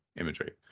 imagery